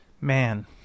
man